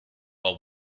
well